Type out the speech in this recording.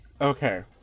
Okay